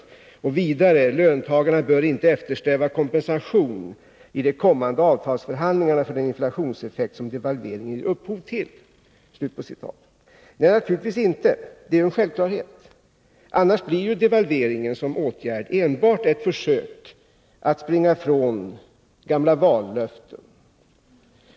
Vidare sägs det att ”löntagarna bör inte eftersträva kompensation i de kommande avtalsförhandlingarna för den inflationseffekt som devalveringen ger upphov till.” Nej, naturligtvis inte. Det är en självklarhet. Annars blir devalveringen som åtgärd enbart ett försök att springa ifrån gamla socialdemokratiska löften.